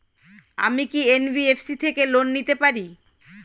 আমি কি এন.বি.এফ.সি থেকে লোন নিতে পারি?